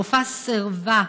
הרופאה סירבה,